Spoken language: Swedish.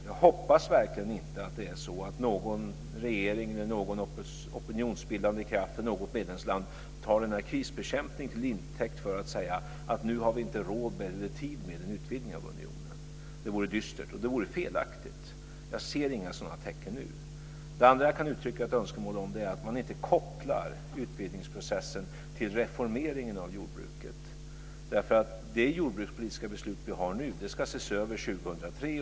Jag hoppas verkligen inte att någon regering eller någon opinionsbildande kraft i något medlemsland tar denna krisbekämpning till intäkt för att säga att vi nu inte har råd eller tid med en utvidgning av unionen. Det vore dystert och felaktigt. Jag ser inte några sådana tecken nu. Det andra jag kan uttrycka ett önskemål om är att man inte kopplar utvidgningsprocessen till reformeringen av jordbruket. Det jordbrukspolitiska beslut vi nu har ska ses över år 2003.